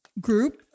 group